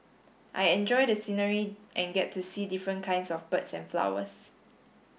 I enjoy the scenery and get to see different kinds of birds and flowers